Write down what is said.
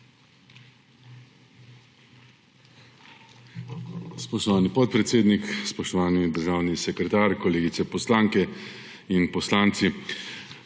Spoštovani podpredsednik, spoštovani državni sekretar, kolegice poslanke in poslanci!